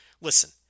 listen